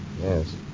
Yes